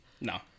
No